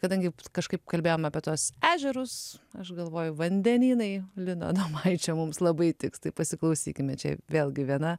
kadangi kažkaip kalbėjom apie tuos ežerus aš galvoju vandenynai lino adomaičio mums labai tiks tai pasiklausykime čia vėlgi viena